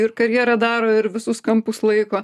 ir karjerą daro ir visus kampus laiko